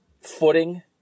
footing